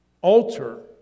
altar